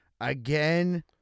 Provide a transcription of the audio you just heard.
Again